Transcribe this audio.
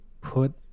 put